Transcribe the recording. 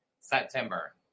September